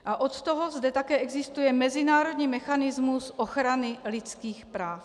A od toho zde také existuje mezinárodní mechanismus ochrany lidských práv.